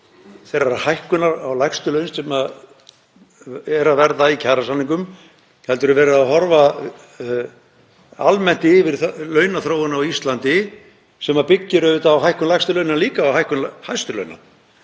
til hækkunar á lægstu launum sem er að verða í kjarasamningum heldur er verið að horfa almennt yfir launaþróun á Íslandi sem byggir auðvitað á hækkun lægstu launa og líka hækkun hæstu launa.